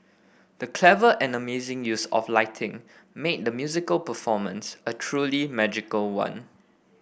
the clever and amazing use of lighting made the musical performance a truly magical one